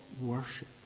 worship